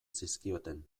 zizkioten